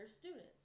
students